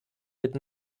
did